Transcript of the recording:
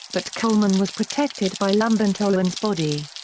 but colman was protected by lumbantoruan's body.